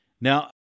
now